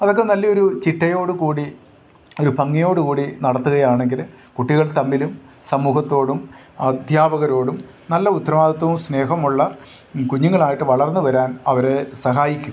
അതൊക്കെ നല്ലയൊരു ചിട്ടയോടു കൂടി ഒരു ഭംഗിയോടു കൂടി നടത്തുകയാണെങ്കിൽ കുട്ടികൾ തമ്മിലും സമൂഹത്തോടും അദ്ധ്യാപകരോടും നല്ല ഉത്തരവാദിത്ത്വവും സ്നേഹമുള്ള കുഞ്ഞുങ്ങളായിട്ട് വളർന്നു വരാൻ അവർ സഹായിക്കും